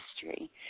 history